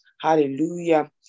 Hallelujah